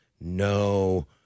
no